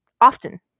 Often